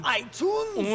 iTunes